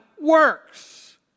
works